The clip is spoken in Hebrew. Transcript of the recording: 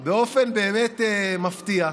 באופן מפתיע,